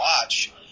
watch